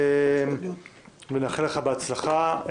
נאחל לך הצלחה.